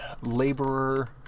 laborer